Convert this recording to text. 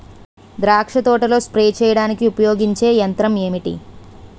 ద్రాక్ష తోటలో స్ప్రే చేయడానికి ఉపయోగించే యంత్రం ఎంటి?